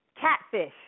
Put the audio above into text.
Catfish